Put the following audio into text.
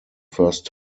first